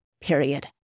period